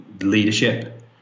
leadership